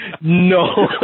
No